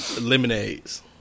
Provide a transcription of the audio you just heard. lemonades